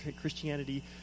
Christianity